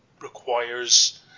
requires